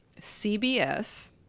CBS